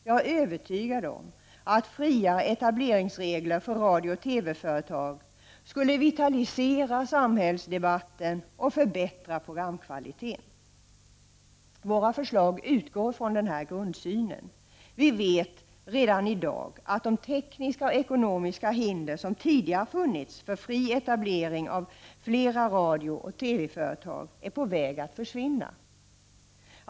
Jag är övertygad om att friare etableringsregler för radiooch TV-företag skulle vitalisera samhällsdebatten och förbättra programkvaliteten. Våra förslag utgår från denna grundsyn. Vi vet redan i dag att de tekniska och ekonomiska hinder som tidigare funnits för fri etablering av flera radio och TV-företag är på väg att försvinna.